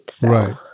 Right